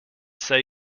say